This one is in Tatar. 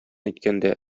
әйткәндә